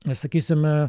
na sakysime